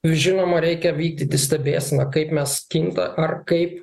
žinoma reikia vykdyti stebėseną kaip mes kinta ar kaip